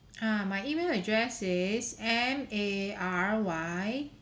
ah my email address is M A R Y